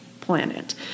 planet